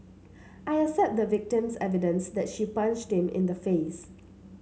I accept the victim's evidence that she punched him in the face